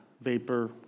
vapor